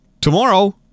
Tomorrow